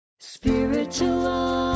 Spiritual